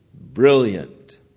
Brilliant